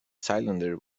cylinder